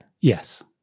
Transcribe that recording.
yes